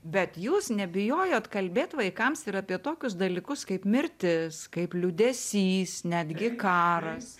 bet jūs nebijojot kalbėt vaikams ir apie tokius dalykus kaip mirtis kaip liūdesys netgi karas